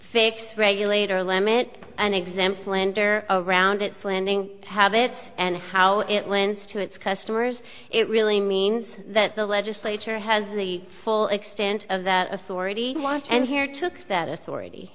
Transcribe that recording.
fixed regulator limit and exempt lender around its lending habits and how it lends to its customers it really means that the legislature has the full extent of that authority and here took that authority